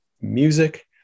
music